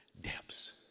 depths